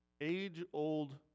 age-old